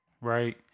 right